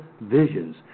visions